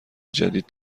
جدید